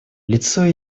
лицо